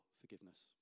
forgiveness